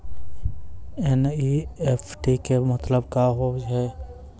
NEFT के मतलब का होव हेय?